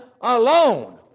alone